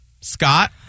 Scott